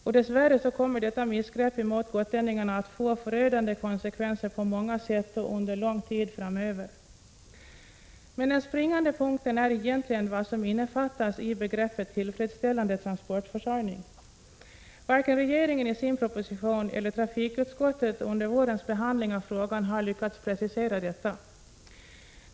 Och dess värre kommer detta missgrepp emot gotlänningarna att få förödande konsekvenser på många sätt och under lång tid framöver. Den springande punkten är egentligen vad som innefattas i begreppet tillfredsställande transportförsörjning. Varken regeringen i sin proposition eller trafikutskottet under vårens behandling av frågan har lyckats precisera detta.